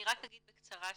אני רק אגיד בקצרה שאנחנו,